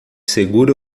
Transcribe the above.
segura